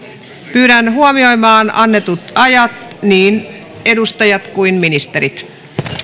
pyydän huomioimaan annetut ajat niin edustajat kuin ministerit